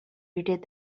greeted